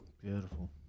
beautiful